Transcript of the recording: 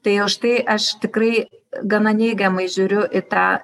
tai už tai aš tikrai gana neigiamai žiūriu į tą